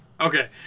Okay